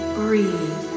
breathe